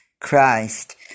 Christ